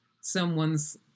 someone's